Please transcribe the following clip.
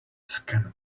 scan